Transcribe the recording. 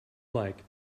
like